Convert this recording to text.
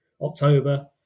October